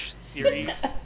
series